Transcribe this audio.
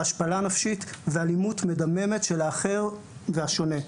השפלה נפשית ואלימות מדממת של האחר והשונה.